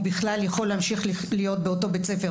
בכלל יכול להמשיך להיות באותו בית-ספר,